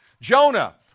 Jonah